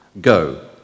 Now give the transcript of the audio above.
Go